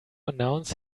announce